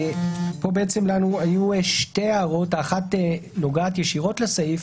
היו לנו פה שתי הערות: האחת נוגעת ישירות לסעיף